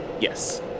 yes